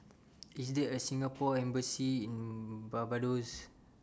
IS There A Singapore Embassy in Barbados